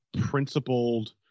principled